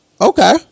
okay